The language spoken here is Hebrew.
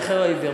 הנכה או העיוור.